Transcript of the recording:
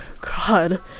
god